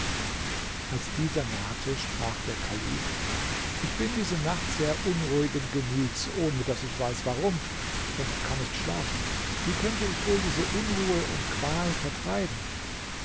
als dieser nahte sprach der kalif ich bin diese nacht sehr unruhigen gemüts ohne daß ich weiß warum und kann nicht schlafen wie könnte ich wohl diese unruhe und qual vertreiben